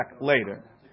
later